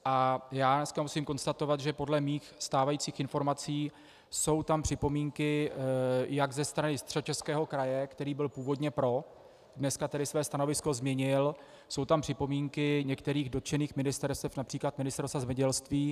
A já dneska musím konstatovat, že podle mých stávajících informací jsou tam připomínky jak ze strany Středočeského kraje, který byl původně pro, dneska tady své stanovisko změnil, jsou tam připomínky některých dotčených ministerstev, například Ministerstva zemědělství.